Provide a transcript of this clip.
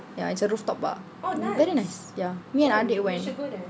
ya it's a rooftop bar very nice ya me and adik went